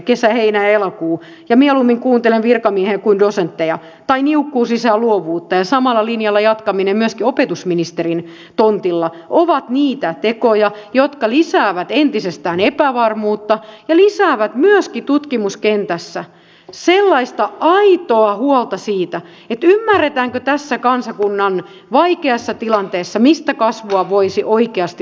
kesä heinä ja elokuu ja mieluummin kuuntelen virkamiehiä kuin dosentteja tai niukkuus lisää luovuutta ja samalla linjalla jatkaminen myöskin opetusministerin tontilla ovat niitä tekoja jotka lisäävät entisestään epävarmuutta ja lisäävät myöskin tutkimuskentässä aitoa huolta siitä ymmärretäänkö tässä kansakunnan vaikeassa tilanteessa mistä kasvua voisi oikeasti luoda